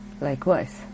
Likewise